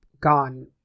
gone